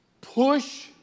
push